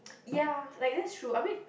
ya like that's true I mean